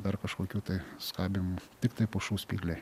dar kažkokių tai skabymų tiktai pušų spygliai